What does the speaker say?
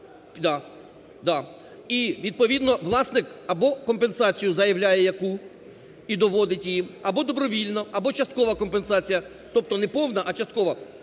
І відповідно власник, або компенсацію заявляє, яку і доводить її, або добровільно, або часткова компенсація, тобто не повна, а часткова.